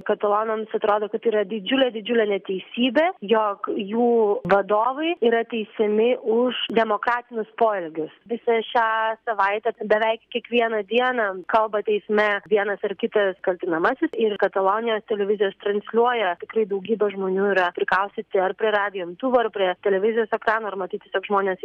katalonams atrodo kad tai yra didžiulė didžiulė neteisybė jog jų vadovai yra teisiami už demokratinius poelgius visą šią savaitę beveik kiekvieną dieną kalba teisme vienas ar kitas kaltinamasis ir katalonijoje televizijos transliuoja tikrai daugybė žmonių yra prikaustyti ar prie radijo imtuvo ar prie televizijos ekranų ar matyt tiesiog žmonės